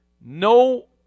No